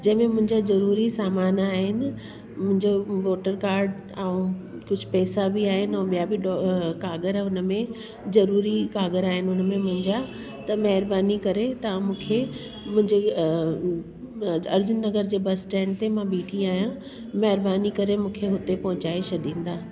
जंहिंमें मुंजा ज़रूरी सामान आइन मुंहिंजो वोटर काड ऐं कुझु पैसा बि आहिनि ऐं ॿिया बि काग़र हुन में ज़रूरी कागर आहिनि हुन में मुंहिंजा त महिरबानी करे तां मुखे मुंजे अर्जन नगर जे बस स्टैंड ते मां ॿिठी आहियां महिरबानी करे मूंखे हुते पहुचाए छॾींदा